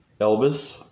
Elvis